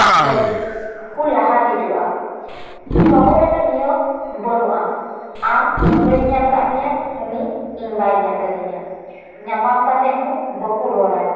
ᱞᱟᱜᱤᱜ ᱠᱚ ᱞᱟᱦᱟ ᱦᱤᱡᱩᱜᱼᱟ ᱥᱚᱦᱚᱨ ᱨᱮᱫᱚ ᱱᱤᱭᱟᱹ ᱵᱟᱱᱩᱜᱼᱟ ᱟᱢ ᱤᱧ ᱵᱟᱹᱧ ᱧᱮᱞ ᱠᱟᱜ ᱢᱮᱭᱟ ᱩᱱᱤ ᱤᱧ ᱵᱟᱭ ᱧᱮᱞ ᱠᱟᱫᱤᱧᱟ ᱧᱟᱯᱟᱢ ᱠᱟᱛᱮᱜ ᱦᱚᱸ ᱵᱟᱠᱚ ᱨᱚᱲᱟ